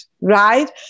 Right